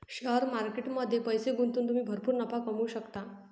share market मध्ये पैसे गुंतवून तुम्ही भरपूर नफा कमवू शकता